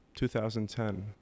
2010